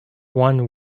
one